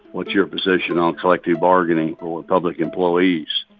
what's your position on collective bargaining for public employees?